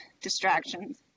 distractions